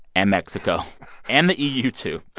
and mexico and the eu, too.